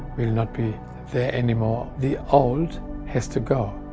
will not be there anymore. the old has to go.